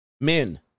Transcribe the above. Men